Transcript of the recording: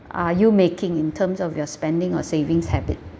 are you making in terms of your spending or savings habit